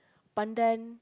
pandan